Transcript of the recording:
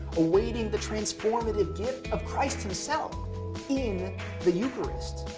awaiting the transformative gift of christ himself in the eucharist.